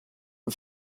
and